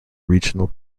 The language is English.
regional